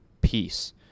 peace